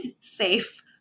safe